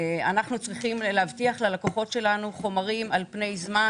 אנחנו צריכים להבטיח ללקוחות שלנו חומרים על פני זמן